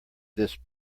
this